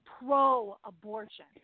pro-abortion